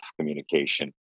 communication